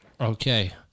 Okay